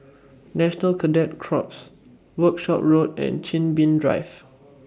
National Cadet Corps Workshop Road and Chin Bee Drive